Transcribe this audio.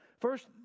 First